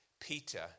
Peter